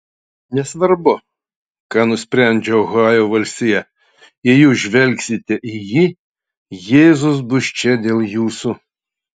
nesvarbu ką nusprendžia ohajo valstija jei jūs žvelgsite į jį jėzus bus čia dėl jūsų